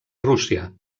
rússia